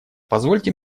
позвольте